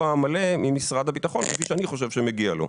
המלא ממשרד הביטחון כפי שאני חושב שמגיע לו.